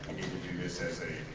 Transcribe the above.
do this as a